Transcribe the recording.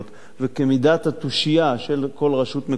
וכמידת התושייה של כל רשות מקומית